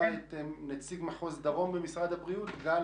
נציג מחוז דרום במשרד הבריאות, גל